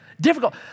Difficult